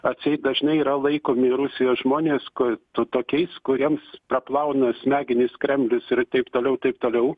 atseit dažnai yra laikomi rusijos žmonės ko tokiais kuriems praplauna smegenis kremlius ir taip toliau taip toliau